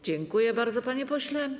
Dziękuję bardzo, panie pośle.